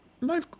No